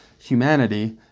humanity